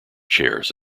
chairs